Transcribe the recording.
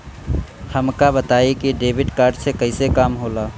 हमका बताई कि डेबिट कार्ड से कईसे काम होला?